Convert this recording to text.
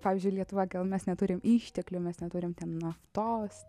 pavyzdžiui lietuva gal mes neturim išteklių mes neturim ten naftos